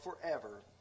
forever